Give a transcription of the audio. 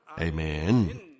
Amen